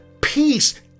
peace